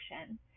action